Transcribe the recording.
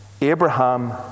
Abraham